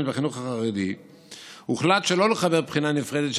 בחינוך החרדי הוחלט שלא לחבר בחינה נפרדת,